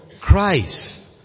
Christ